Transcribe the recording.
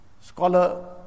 scholar